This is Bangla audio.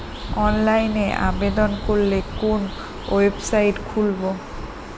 অনলাইনে আবেদন করলে কোন ওয়েবসাইট খুলব?